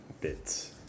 bits